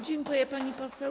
Dziękuję, pani poseł.